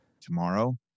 tomorrow